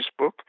Facebook